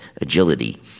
agility